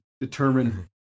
determine